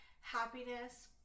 happiness